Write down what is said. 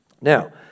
Now